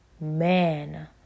man